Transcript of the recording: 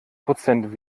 prozent